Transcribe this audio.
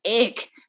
ick